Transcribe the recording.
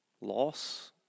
loss